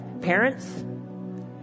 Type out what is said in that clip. Parents